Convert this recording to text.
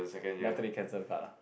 then after they cancel the card ah